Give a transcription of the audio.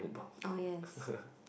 oh yes